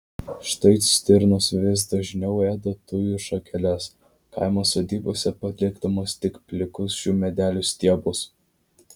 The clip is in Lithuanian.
štai stirnos vis dažniau ėda tujų šakeles kaimo sodybose palikdamos tik plikus šių medelių stiebus